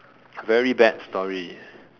very bad story